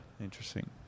interesting